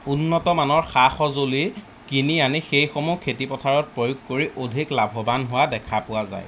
উন্নত মানৰ সা সঁজুলি কিনি আনি সেইসমূহ খেতিপথাৰত প্ৰয়োগ কৰি অধিক লাভবান হোৱা দেখা পোৱা যায়